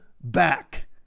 back